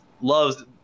loves